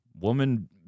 woman